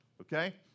okay